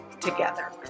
together